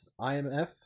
IMF